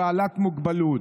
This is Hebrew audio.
בעלת מוגבלות.